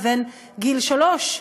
לבין גיל שלוש,